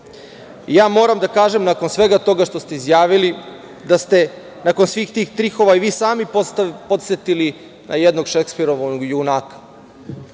da kažem nakon svega toga što ste izjavili da ste, nakon svih tih trikova i vi sami podsetili na jednog Šekspirovog junaka,